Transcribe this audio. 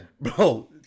bro